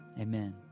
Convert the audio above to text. Amen